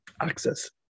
access